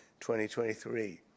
2023